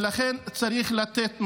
ולכן צריך לתת מענה.